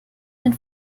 den